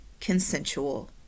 consensual